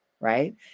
right